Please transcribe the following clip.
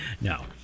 No